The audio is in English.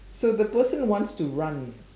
so the person wants to run